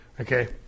Okay